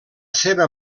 seva